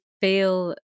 feel